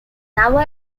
never